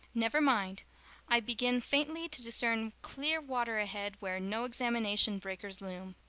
never mind i begin faintly to discern clear water ahead where no examination breakers loom.